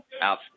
out